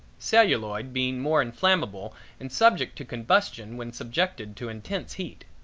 celluloid being more inflammable and subject to combustion when subjected to intense heat.